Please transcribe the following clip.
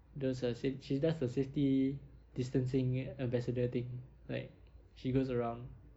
does the safe~ she does the safety distancing ambassador thing like she goes around